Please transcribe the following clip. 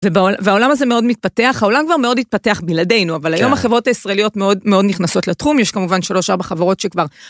והעולם הזה מאוד מתפתח, העולם כבר מאוד התפתח בלעדינו, אבל היום החברות הישראליות מאוד מאוד נכנסות לתחום, יש כמובן 3-4 חברות שכבר...